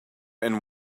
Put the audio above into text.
and